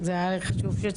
מספרים.